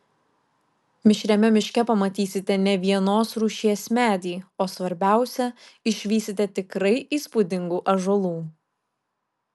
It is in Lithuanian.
mišriame miške pamatysite ne vienos rūšies medį o svarbiausia išvysite tikrai įspūdingų ąžuolų